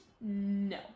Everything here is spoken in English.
No